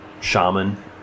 shaman